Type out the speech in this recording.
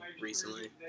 recently